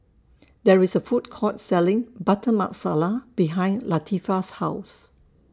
There IS A Food Court Selling Butter Masala behind Latifah's House